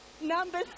Number